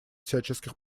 всяческих